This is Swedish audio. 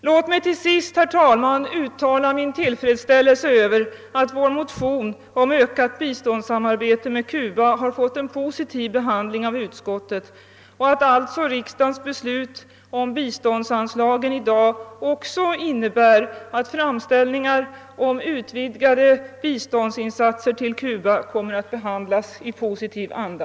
Låt mig till sist, herr talman, uttala vår tillfredsställelse över att vår motion om ökat biståndssamarbete med Cuba har fått en positiv behandling av utskottet och att alltså riksdagens beslut om biståndsanslagen i dag också innebär att framställningar om utvidgade biståndsinsatser till Cuba kommer att behandlas i positiv anda.